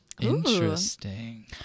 Interesting